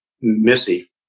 Missy